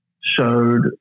showed